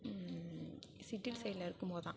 city சைட்டில இருக்கும்போது தான்